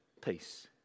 peace